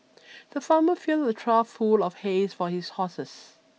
the farmer filled a trough full of hays for his horses